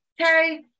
Okay